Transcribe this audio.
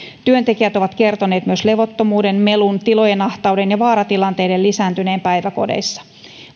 työntekijät ovat kertoneet myös levottomuuden melun tilojen ahtauden ja vaaratilanteiden lisääntyneen päiväkodeissa